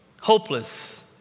hopeless